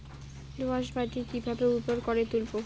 দোয়াস মাটি কিভাবে উর্বর করে তুলবো?